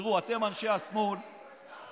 תראו, אתם, אנשי השמאל, בנויים,